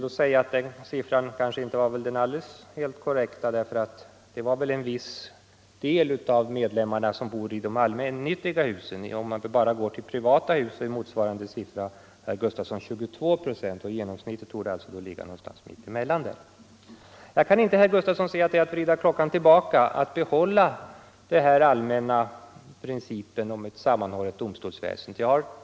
Den siffran var kanske inte den helt korrekta därför att den gällde den del av medlemmarna som bor i s.k. allmännyttiga företags hus. Om man bara går till privata hus så är motsvarande siffra 22 procent. Genomsnittet torde alltså ligga någonstans mitt emellan. Jag kan inte, herr Gustafsson, se att det är att vrida klockan tillbaka — Nr 141 att behålla den allmänna principen om ett sammanhållet domstolsvä Onsdagen den sende.